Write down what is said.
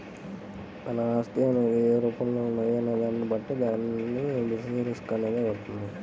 మన ఆస్తి అనేది ఏ రూపంలో ఉన్నది అనే దాన్ని బట్టి దాని బేసిస్ రిస్క్ అనేది వుంటది